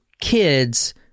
kids